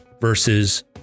versus